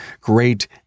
great